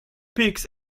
pigs